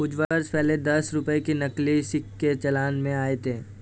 कुछ वर्ष पहले दस रुपये के नकली सिक्के चलन में आये थे